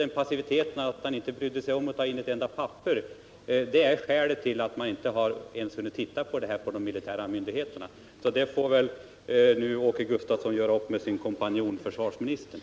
Den passivitet som detta är ett uttryck för är också skälet till att de militära myndigheterna inte ens har hunnit studera detta alternativ. Men om det får väl Åke Gustavsson göra upp med sin kompanjon försvarsministern.